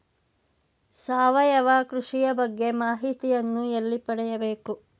ಸಾವಯವ ಕೃಷಿಯ ಬಗ್ಗೆ ಮಾಹಿತಿಯನ್ನು ಎಲ್ಲಿ ಪಡೆಯಬೇಕು?